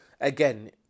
Again